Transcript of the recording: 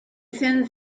send